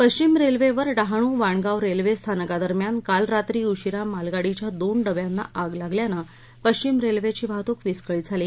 पश्चिम रेल्वेवर डहाणू वाणगाव रेल्वे स्थानकादरम्यान काल रात्री उशिरा मालगाडीच्या दोन डब्यांना आग लागल्यानं पश्चिम रेल्वेची वाहतूक विस्कळीत झाली